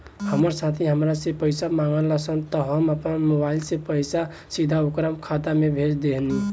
हमार साथी हामरा से पइसा मगलस त हम आपना मोबाइल से पइसा सीधा ओकरा खाता में भेज देहनी